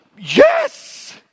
yes